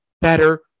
better